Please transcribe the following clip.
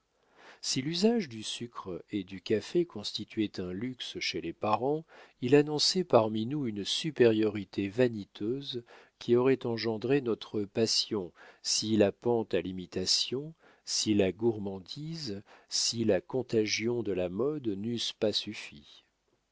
si l'usage du sucre et du café constituait un luxe chez les parents il annonçait parmi nous une supériorité vaniteuse qui aurait engendré notre passion si la pente à l'imitation si la gourmandise si la contagion de la mode n'eussent pas suffi